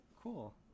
cool